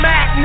Mac